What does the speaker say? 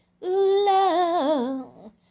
love